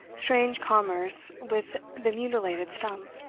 strange commerce with the mutilated stump,